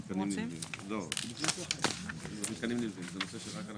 מה עכשיו הנושא שעל סדר היום?